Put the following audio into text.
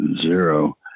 zero